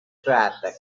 traffic